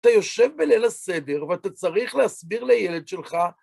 אתה יושב בליל הסדר, ואתה צריך להסביר לילד שלך...